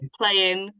playing